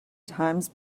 times